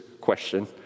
question